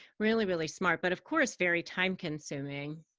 really, really smart. but of course, very time consuming.